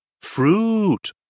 Fruit